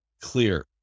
clear